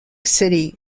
city